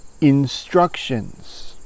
instructions